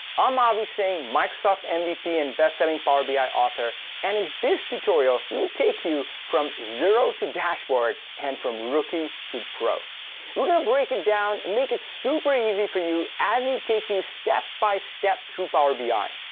i'm avi singh, microsoft and mvp and bestselling power bi author and in this tutorial. we'd take you from zero to dashboard and from rookie to pro we're gonna break it down, make it super easy for you, as we take you step-by-step through power bi.